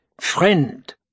friend